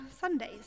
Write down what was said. Sundays